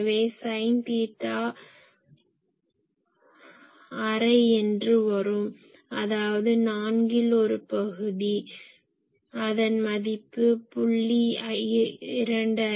எனவே சைன் தீட்டா ½ என்று வரும் அதாவது நான்கில் ஒரு பகுதி ½2¼ அதன் மதிப்பு 0